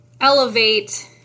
elevate